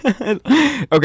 Okay